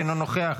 אינו נוכח,